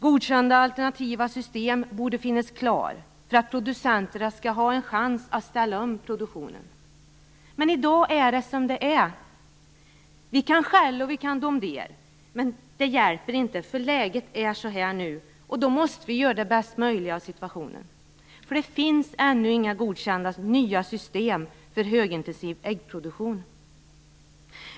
Godkända alternativa system borde finnas färdiga för att producenterna skall ha en chans att ställa om produktionen. Men i dag är det som det är. Vi kan skälla och domdera. Men det hjälper inte, för läget är som det är - och då måste vi göra bästa möjliga av situationen. Det finns ännu inga godkända nya system för högintensiv äggproduktion.